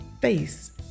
face